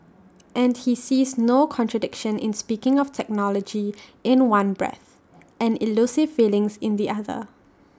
and he sees no contradiction in speaking of technology in one breath and elusive feelings in the other